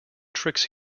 tricks